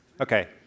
Okay